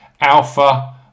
Alpha